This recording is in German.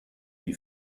die